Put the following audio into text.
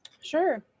sure